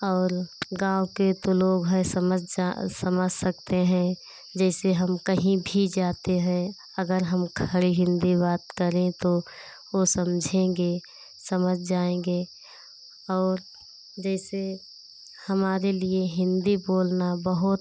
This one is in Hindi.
और गाँव के तो लोग हैं समझ जा समझ सकते हैं जैसे हम कहीं भी जाते हैं अगर हम खड़े हिन्दी बात करें तो वो समझेगे समझ जाएंगे और जैसे हमारे लिए हिन्दी बोलना बहुत